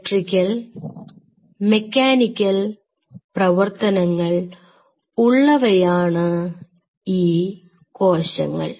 electrical mechanical പ്രവർത്തനങ്ങൾ ഉള്ളവയാണ് ഈ കോശങ്ങൾ